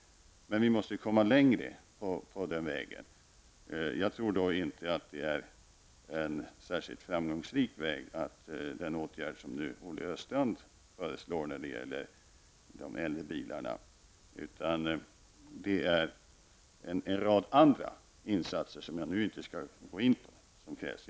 Men vi måste komma längre på den vägen. Jag tror inte att den åtgärd som Olle Östrand föreslår när det gäller de äldre bilarna är en särskilt framgångsrik väg. Det är en rad andra insatser, som jag nu inte skall gå in på, som krävs.